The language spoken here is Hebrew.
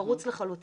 פרוץ לחלוטין.